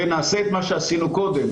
ונעשה את מה שעשינו קודם,